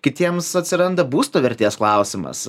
kitiems atsiranda būsto vertės klausimas